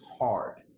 hard